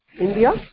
India